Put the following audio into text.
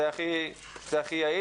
זה הכי היעיל.